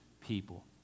people